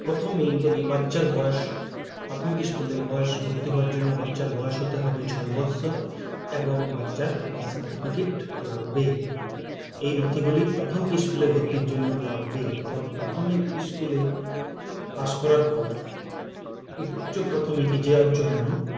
প্রথমেই বলি বাচ্চার বয়স প্রাথমিক স্কুলে বয়স ভর্তি হওয়ার জন্য বাচ্চার বয়স হতে হবে ছয় বৎসর এবং বাচ্চার বার্থ সার্টিফিকেট লাগবে এই নথিগুলি প্রাথমিক স্কুলে ভর্তির জন্য লাগবে এবং প্রাথমিক স্কুলে পাস করার পর উচ্চ প্রাথমিকে যাওয়ার জন্য